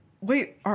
wait